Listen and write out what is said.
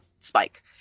Spike